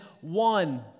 one